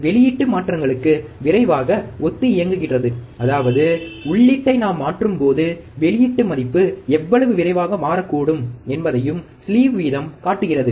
வெளியீட்டு மாற்றங்களுக்கு விரைவாக ஒத்தியங்குகிறது அதாவது உள்ளீட்டை நாம் மாற்றும்போது வெளியிட்டு மதிப்பு எவ்வளவு விரைவாக மாறக்கூடும் என்பதையும் ஸ்லீவ் வீதம் காட்டுகிறது